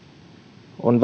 on